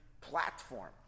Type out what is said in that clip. platform